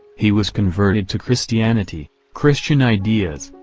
he was converted to christianity, christian ideas,